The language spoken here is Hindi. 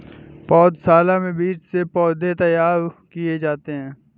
पौधशाला में बीज से पौधे तैयार किए जाते हैं